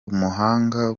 umuhanga